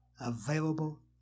available